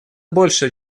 больше